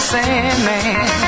Sandman